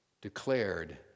declared